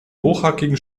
hochhackigen